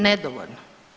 Nedovoljno.